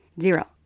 Zero